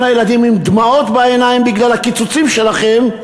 עם דמעות בעיניים בגלל הקיצוצים שלכם,